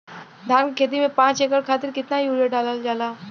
धान क खेती में पांच एकड़ खातिर कितना यूरिया डालल जाला?